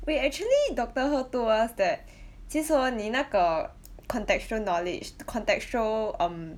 wait actually doctor Herr told us that 其实 hor 你那个 contextual knowledge contextual um